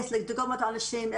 איך לדגום את האנשים,